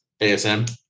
ASM